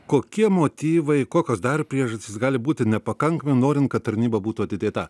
kokie motyvai kokios dar priežastys gali būti nepakankami norint kad tarnyba būtų atidėta